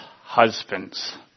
husbands